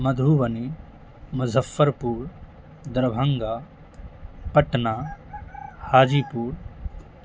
مدھوبنی مظفرپور دربھنگا پٹنہ حاجی پور